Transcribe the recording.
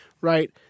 right